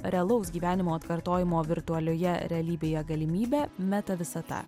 realaus gyvenimo atkartojimo virtualioje realybėje galimybę meta visata